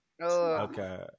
Okay